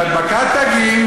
מהדבקת תגים,